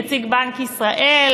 נציג בנק ישראל,